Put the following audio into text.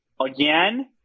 Again